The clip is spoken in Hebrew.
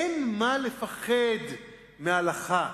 אין מה לפחד מההלכה.